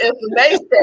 information